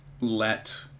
let